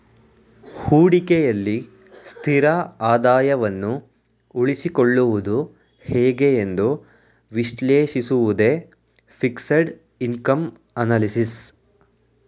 ಹೂಡಿಕೆಯಲ್ಲಿ ಸ್ಥಿರ ಆದಾಯವನ್ನು ಉಳಿಸಿಕೊಳ್ಳುವುದು ಹೇಗೆ ಎಂದು ವಿಶ್ಲೇಷಿಸುವುದೇ ಫಿಕ್ಸೆಡ್ ಇನ್ಕಮ್ ಅನಲಿಸಿಸ್